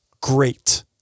Great